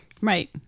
Right